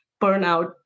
burnout